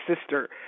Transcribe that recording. sister